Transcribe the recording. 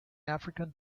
african